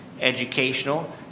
educational